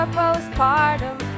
postpartum